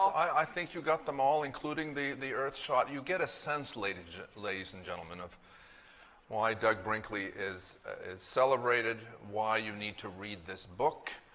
i think you got them all, including the the earth shot. you get a sense, ladies ladies and gentlemen, of why doug brinkley is is celebrated, why you need to read this book.